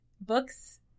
books